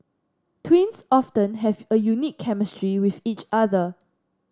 twins often have a unique chemistry with each other